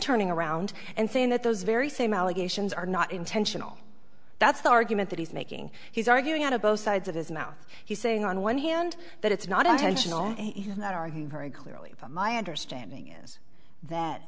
turning around and saying that those very same allegations are not intentional that's the argument that he's making he's arguing out of both sides of his mouth he's saying on one hand that it's not intentional that are him very clearly but my understanding is that